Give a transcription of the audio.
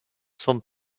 sont